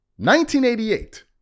1988